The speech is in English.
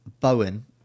Bowen